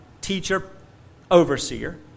teacher-overseer